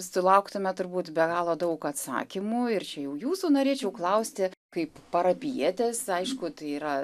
sulauktume turbūt be galo daug atsakymų ir čia jau jūsų norėčiau klausti kaip parapijietės aišku tai yra